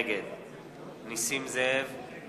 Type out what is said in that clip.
נגד נסים זאב,